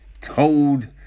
told